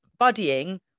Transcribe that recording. buddying